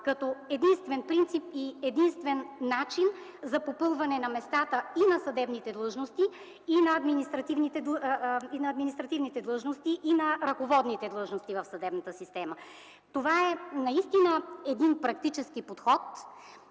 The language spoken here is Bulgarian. като единствен принцип и единствен начин за попълване на местата на съдебните длъжности, на административните длъжности и на ръководните длъжности в съдебната система. Това е един практически подход,